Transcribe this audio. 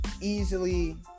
easily